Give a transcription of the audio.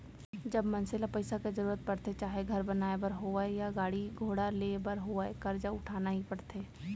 जब मनसे ल पइसा के जरुरत परथे चाहे घर बनाए बर होवय या गाड़ी घोड़ा लेय बर होवय करजा उठाना ही परथे